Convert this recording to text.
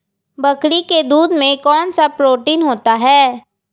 बकरी के दूध में कौनसा प्रोटीन होता है?